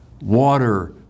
water